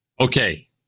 Okay